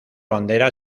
bandera